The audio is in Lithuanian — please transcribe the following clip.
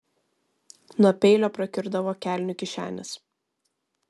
nuo peilio prakiurdavo kelnių kišenės